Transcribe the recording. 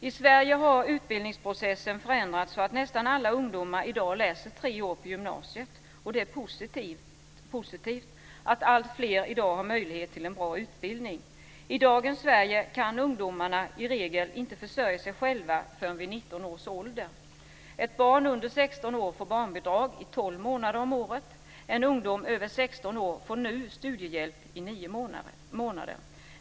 I Sverige har utbildningsprocessen förändrats så att nästan alla ungdomar i dag läser tre år på gymnasiet. Det är positivt att alltfler i dag har möjlighet till en bra utbildning. I dagens Sverige kan ungdomarna i regel inte försörja sig själva förrän vid 19 års ålder. Ett barn under 16 år får barnbidrag tolv månader om året. En ung person över 16 år får nu studiehjälp i nio månader.